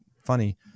funny